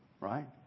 right